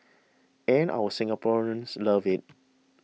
and our Singaporeans love it